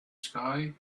sky